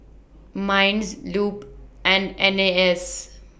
Minds Lup and N A S